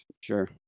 sure